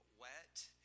wet